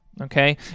okay